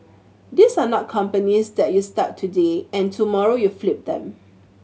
these are not companies that you start today and tomorrow you flip them